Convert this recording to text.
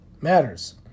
matters